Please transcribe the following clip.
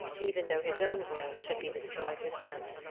even though his own world should be destroyed with them.